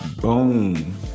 Boom